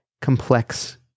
complex